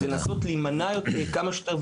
יש לנסות להימנע כמה שיותר,